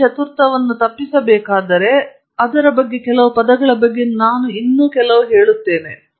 ಈ ಚತುರ್ಥವನ್ನು ತಪ್ಪಿಸಬೇಕಾದರೆ ಅದರ ಬಗ್ಗೆ ಕೆಲವು ಪದಗಳ ಬಗ್ಗೆ ನಾನು ಇನ್ನೂ ಕೆಲವು ಹೇಳುತ್ತೇನೆ